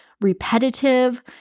repetitive